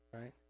right